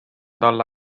talle